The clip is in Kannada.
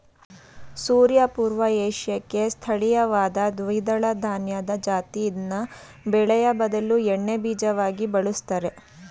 ಸೋಯಾ ಪೂರ್ವ ಏಷ್ಯಾಕ್ಕೆ ಸ್ಥಳೀಯವಾದ ದ್ವಿದಳಧಾನ್ಯದ ಜಾತಿ ಇದ್ನ ಬೇಳೆಯ ಬದಲು ಎಣ್ಣೆಬೀಜವಾಗಿ ಬಳುಸ್ತರೆ